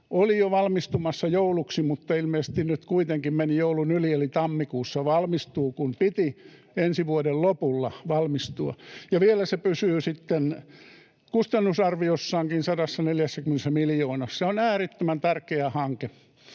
oli jo valmistumassa jouluksi, mutta ilmeisesti nyt kuitenkin meni joulun yli, eli tammikuussa valmistuu, kun piti ensi vuoden lopulla valmistua. Ja se vielä pysyy sitten kustannusarviossaankin, 140 miljoonassa. Se on äärettömän tärkeä hanke,